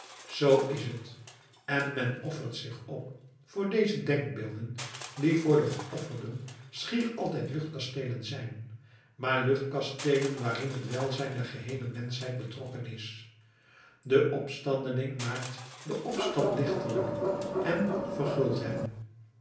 zoo is het en men offert zich op voor deze denkbeelden die voor de geofferden schier altijd luchtkasteelen zijn maar luchtkasteelen waarin het welzijn der geheele menschheid betrokken is de opstandeling maakt den opstand dichterlijk en verguldt hem